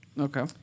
Okay